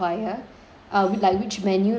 uh whi~ like which menu like let's say is it